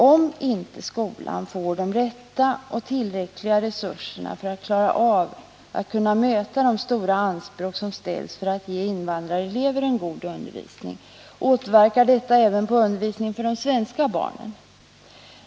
Om inte skolan får de rätta och tillräckliga resurserna för att klara av att möta de stora anspråk som ställs för att den skall ge invandrarelever en god undervisning, återverkar detta även på undervisningen för de svenska barnen.